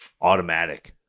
automatic